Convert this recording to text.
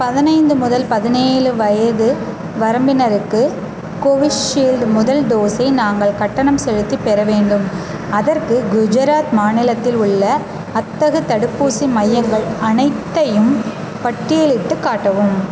பதினைந்து முதல் பதினேழு வயது வரம்பினருக்கு கோவிஷீல்டு முதல் டோஸை நாங்கள் கட்டணம் செலுத்திப் பெற வேண்டும் அதற்கு குஜராத் மாநிலத்தில் உள்ள அத்தகு தடுப்பூசி மையங்கள் அனைத்தையும் பட்டியலிட்டுக் காட்டவும்